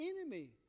enemy